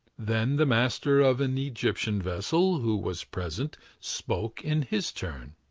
then the master of an egyptian vessel, who was present, spoke in his turn.